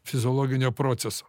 fiziologinio proceso